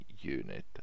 unit